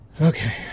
Okay